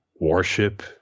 worship